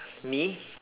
me